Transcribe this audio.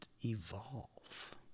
evolve